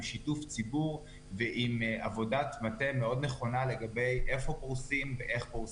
שיתוף ציבור ועם עבודת מטה מאוד נכונה לגבי איפה פרוסים ואיך פורסים.